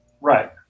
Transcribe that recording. right